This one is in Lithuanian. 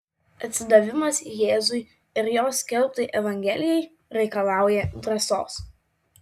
atsidavimas jėzui ir jo skelbtai evangelijai reikalauja drąsos